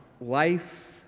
life